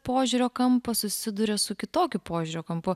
požiūrio kampas susiduria su kitokiu požiūrio kampu